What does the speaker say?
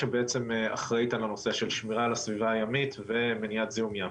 שאחראית על שמירת הסביבה הימית ומניעת זיהום ים.